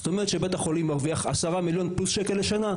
זאת אומרת שבית החולים מרוויח 10 מיליון שקלים בשנה.